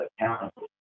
accountable